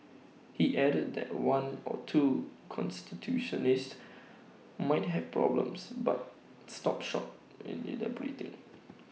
he added that one or two constituencies might have problems but stopped short in in the British